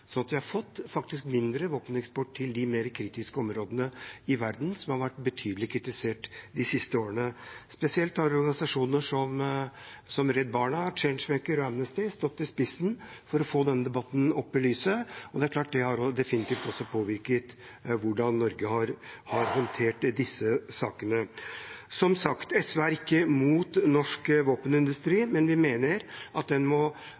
sånn at vi faktisk har fått mindre våpeneksport til de mer kritiske områdene i verden, som har vært betydelig kritisert de siste årene. Spesielt har organisasjoner som Redd Barna, Changemaker og Amnesty stått i spissen for å få denne debatten fram i lyset, og det er klart det også har påvirket hvordan Norge har håndtert disse sakene. SV er som sagt ikke imot norsk våpenindustri, men vi mener at den må